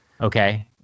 okay